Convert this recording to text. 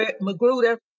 Magruder